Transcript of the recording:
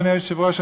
אדוני היושב-ראש,